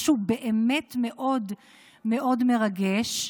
משהו באמת מאוד מאוד מרגש.